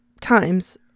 times